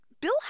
Bill